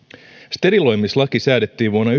steriloimislaki säädettiin vuonna